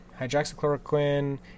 hydroxychloroquine